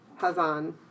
Hazan